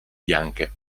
bianche